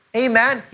amen